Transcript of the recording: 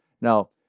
Now